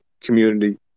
community